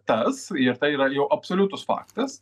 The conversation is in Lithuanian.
tas ir tai yra jau absoliutus faktas